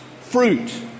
fruit